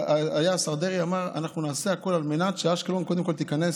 השר דרעי אמר: אנחנו נעשה הכול קודם כול על מנת שאשקלון תיכנס